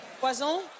Poison